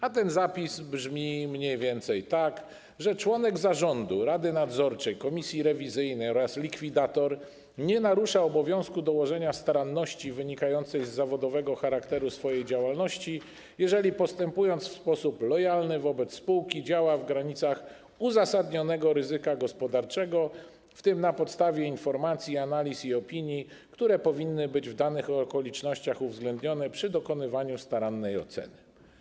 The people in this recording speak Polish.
A ten zapis brzmi mniej więcej tak, że: członek zarządu, rady nadzorczej, komisji rewizyjnej oraz likwidator nie narusza obowiązku dołożenia staranności wynikającej z zawodowego charakteru swojej działalności, jeżeli postępując w sposób lojalny wobec spółki, działa w granicach uzasadnionego ryzyka gospodarczego, w tym na podstawie informacji, analiz i opinii, które powinny być w danych okolicznościach uwzględnione przy dokonywaniu starannej oceny.